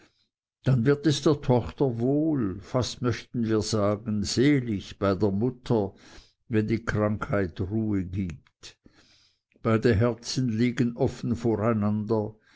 dann wird es der tochter wohl fast möchten wir sagen selig bei der mutter wenn die krankheit ruhe gibt beide herzen liegen offen vor